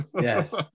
yes